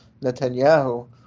Netanyahu